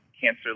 cancer